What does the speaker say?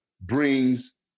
brings